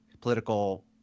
political